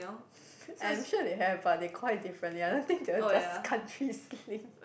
I'm sure they have but they call it differently I don't think they'll just countries sling